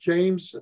James